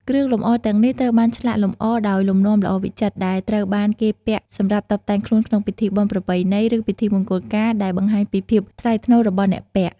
គ្រឿងអលង្ការទាំងនេះត្រូវបានឆ្លាក់លម្អដោយលំនាំល្អវិចិត្រ ដែលត្រូវបានគេពាក់សម្រាប់តុបតែងខ្លួនក្នុងពិធីបុណ្យប្រពៃណី ឬពិធីមង្គលការ ដែលបង្ហាញពីភាពថ្លៃថ្នូររបស់អ្នកពាក់។